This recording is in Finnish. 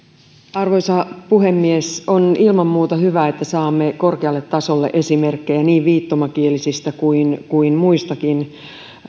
arvoisa puhemies on ilman muuta hyvä että saamme korkealle tasolle esimerkkejä niin viittomakielisistä kuin kuin muistakin